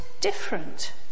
different